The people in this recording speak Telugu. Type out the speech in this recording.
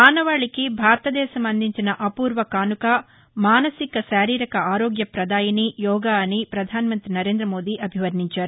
మానవాళికి భారతదేశం అందించిన అఫూర్వ కానుక మానసిక శారీరక ఆరోగ్య పదాయిని యోగా అని పధాన మంతి నరేందమోదీ అభివర్ణించారు